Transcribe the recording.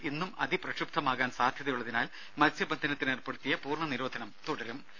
കടൽ ഇന്നും അതിപ്രക്ഷുബ്ധമാകാൻ സാധ്യതയുള്ളതിനാൽ മത്സ്യബന്ധനത്തിന് ഏർപ്പെടുത്തിയ പൂർണ നിരോധനം തുടരും